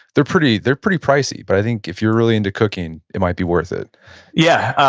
they're pretty they're pretty pricey, but i think if you're really into cooking, it might be worth it yeah,